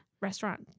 Restaurant